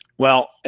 well,